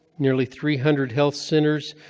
nearly three hundred health centers,